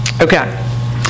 Okay